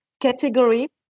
category